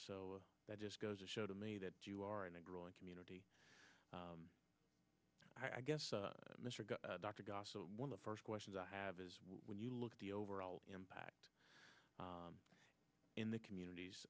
so that just goes to show to me that you are in a growing community i guess mr dr one of the first questions i have is when you look at the overall impact in the communities